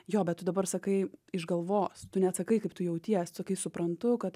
jo bet tu dabar sakai iš galvos tu neatsakai kaip tu jauties sakai suprantu kad